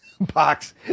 box